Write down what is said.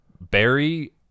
Barry